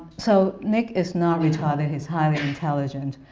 so nick is not retarded, he is highly intelligent,